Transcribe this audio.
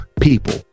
people